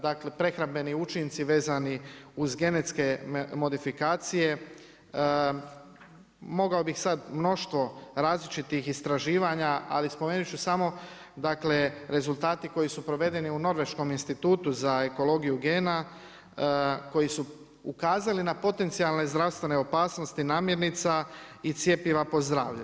Dakle, prehrambeni učinci vezani uz genetske modifikacije, mogao bih sad mnoštvo različitih istraživanja, ali spomenuti ću samo, dakle rezultati koji su provedeni u Norveškom institutu za ekologiju gena, koji su ukazali na potencijalne zdravstvene opasnosti namjernica i cjepiva po zdravlje.